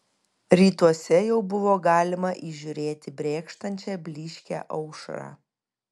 rytuose jau buvo galima įžiūrėti brėkštančią blyškią aušrą